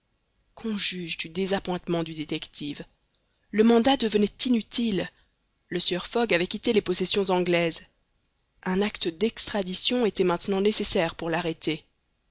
qu'on juge du désappointement du détective le mandat devenait inutile le sieur fogg avait quitté les possessions anglaises un acte d'extradition était maintenant nécessaire pour l'arrêter